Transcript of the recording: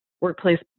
workplace